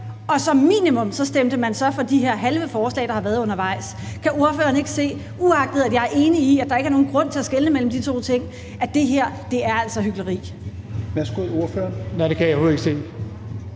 og som minimum stemte man så for de her halve forslag, der har været undervejs. Kan ordføreren ikke se – uagtet at jeg er enig i, at der ikke er nogen grund til at skelne mellem de to ting – at det her altså er hykleri? Kl. 15:59 Tredje